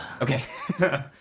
Okay